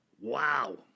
Wow